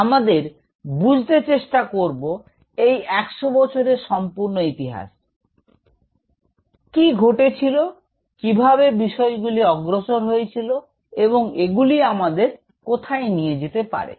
আমরা বুঝতে চেষ্টা করব এই 100 বছরের সম্পূর্ণ ইতিহাস কি ঘটেছিল কিভাবে বিষয়গুলি অগ্রসর হয়েছিল এবং এগুলি আমাদের কোথায় নিয়ে যেতে পারে